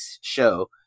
show